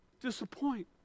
disappoint